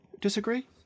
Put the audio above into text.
disagree